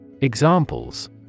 Examples